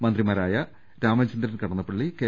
മന്ത്രിമാരായ Ramachandran Kadannappally K